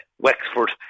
Wexford